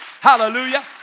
Hallelujah